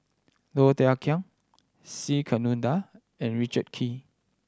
Low Thia Khiang C Kunalan and Richard Kee